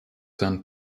sent